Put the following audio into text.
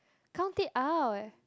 count it out